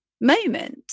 moment